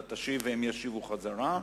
אתה תשיב והם ישיבו בחזרה,